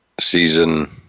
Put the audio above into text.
season